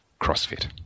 CrossFit